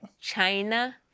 China